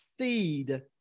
seed